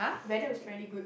Venom is apparently good